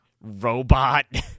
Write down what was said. robot